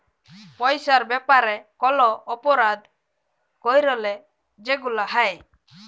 পইসার ব্যাপারে কল অপরাধ ক্যইরলে যেগুলা হ্যয়